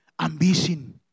ambition